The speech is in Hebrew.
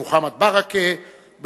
של חבר הכנסת מוחמד ברכה,